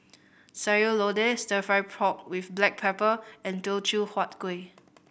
Sayur Lodeh Stir Fry pork with black pepper and Teochew Huat Kueh